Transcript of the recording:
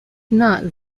not